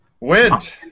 Wind